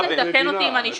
תקן אותי אם אני טועה.